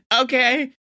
okay